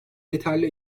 yeterli